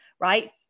right